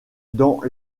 dans